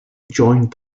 joined